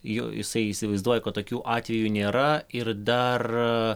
jo jisai įsivaizduoja kad tokių atvejų nėra ir dar